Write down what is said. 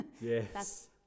Yes